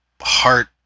heart